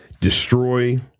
destroy